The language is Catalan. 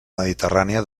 mediterrània